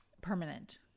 permanent